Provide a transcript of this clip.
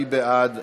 מי בעד?